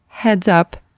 heads up.